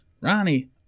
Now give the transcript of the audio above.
Ronnie